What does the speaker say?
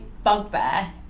Bugbear